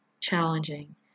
challenging